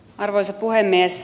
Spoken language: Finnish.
arvoisa puhemies